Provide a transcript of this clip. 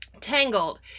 Tangled